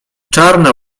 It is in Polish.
czarna